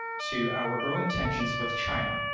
to our growing tensions with china.